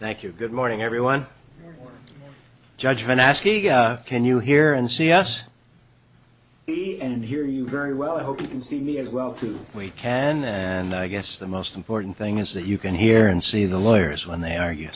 thank you good morning everyone judgment asking can you hear and see us and hear you very well i hope you can see me as well to we can and i guess the most important thing is that you can hear and see the lawyers when they argue